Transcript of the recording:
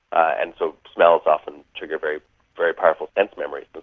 and so smells often trigger very very powerful sense memories, but